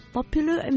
Popular